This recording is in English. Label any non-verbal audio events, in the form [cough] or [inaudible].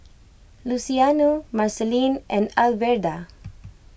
Luciano Marceline and Alverda [noise]